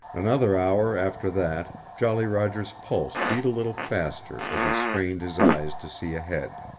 another hour after that jolly roger's pulse beat a little faster as he strained his eyes to see ahead.